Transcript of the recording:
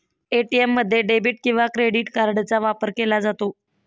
ATM मध्ये debit किंवा credit कार्डचा वापर केला जातो